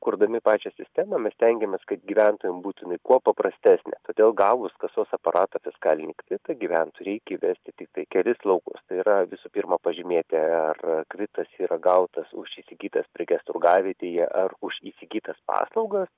kurdami pačią sistemą mes stengiamės kad gyventojam būtų jinai kuo paprastesnė todėl gavus kasos aparato fiskalinį kvitą gyventojui reikia įvesti tiktai kelis laukus tai yra visų pirma pažymėti ar kvitas yra gautas už įsigytas prekes turgavietėje ar už įsigytas paslaugas